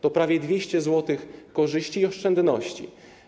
To prawie 200 zł korzyści i oszczędności.